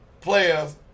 players